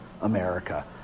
America